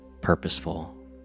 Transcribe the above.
purposeful